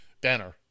banner